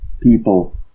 people